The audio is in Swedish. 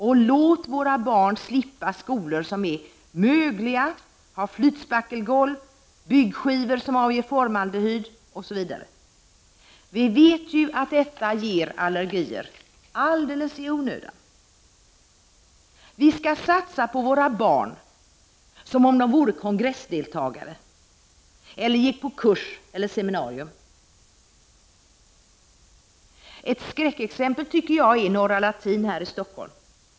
Och låt våra barn slippa skolor som är mögliga, har flytspackelgolv och byggskivor som avger formaldehyd, osv. Vi vet ju att detta ger allergier alldeles i onödan. Vi skall satsa på våra barn som om de vore kongressdeltagare eller gick på kurs eller seminarium. Ett skräckexempel tycker jag är Norra latin här i Stockholm.